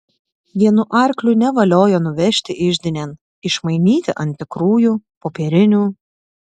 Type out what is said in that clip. vienu arkliu nevaliojo nuvežti iždinėn išmainyti ant tikrųjų popierinių